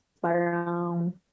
parang